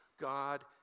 God